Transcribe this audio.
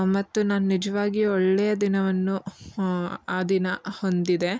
ಮತ್ತು ನಾನು ನಿಜವಾಗಿಯೂ ಒಳ್ಳೆಯ ದಿನವನ್ನು ಆ ದಿನ ಹೊಂದಿದೆ